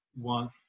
one